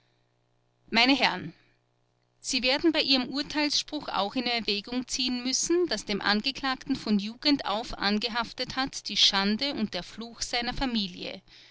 meine herren sie werden bei ihrem urteilsspruch auch in erwägung ziehen müssen daß dem angeklagten von jugend auf angehaftet hat die schande und der fluch seiner familie